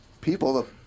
people